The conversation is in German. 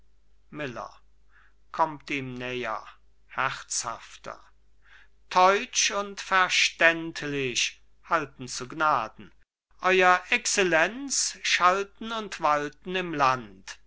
herzhafter deutsch und verständlich halten zu gnaden euer excellenz schalten und walten im land